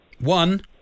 one